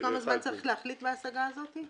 צריך להחליט בהשגה הזאת?